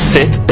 Sit